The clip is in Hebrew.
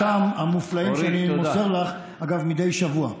לדברי הטעם המופלאים שאני מוסר לך, אגב, מדי שבוע.